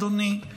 אדוני,